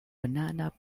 banana